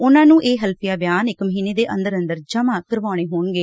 ਉਨਾਂ ਨੁੰ ਇਹ ਹਲਫੀਆ ਬਿਆਨ ਇਕ ਮਹੀਨੇ ਦੇ ਅੰਦਰ ਅੰਦਰ ਜਮੁਾਂ ਕਰਾਉਣੇ ਹੋਣਗੇ